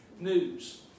news